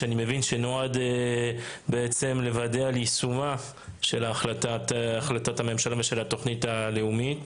שאני מבין שנועד לוודא את יישום החלטת הממשלה ושל התוכנית הלאומית.